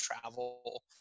travel